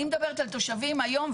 אני מדברת על תושבים היום.